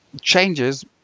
changes